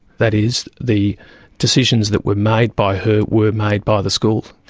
that is the decisions that were made by her were made by the school.